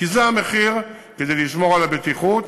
כי זה המחיר כדי לשמור על הבטיחות,